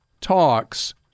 talks